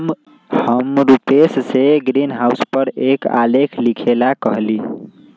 हम रूपेश से ग्रीनहाउस पर एक आलेख लिखेला कहली